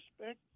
respect